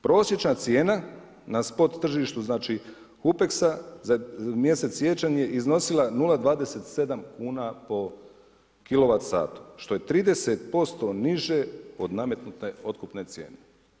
Prosječna cijena na spot tržištu … za mjesec siječanj je iznosila 0,27 kuna po kilovat satu što je 30% niže od nametnute otkupne cijene.